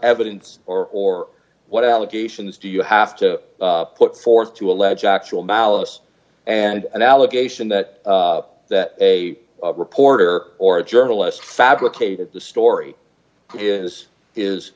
evidence or or what allegations do you have to put forth to allege actual malice and an allegation that that a reporter or a journalist fabricated the story is is